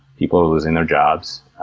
people are losing their jobs.